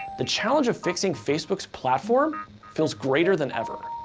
the challenge of fixing facebook's platform feels greater than ever.